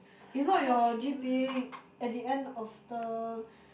if not your g_p_a at the end of the